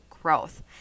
growth